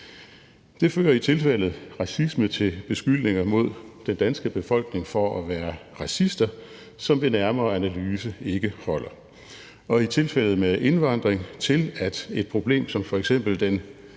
Det fører i tilfældet med racisme til beskyldninger mod den danske befolkning om at være racister, som ved nærmere analyse ikke holder. I tilfældet med indvandring fører det til, at et problem som f.eks.